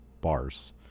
Bars